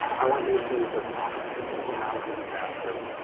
i want you to see this as an opportunity and not as a disaster.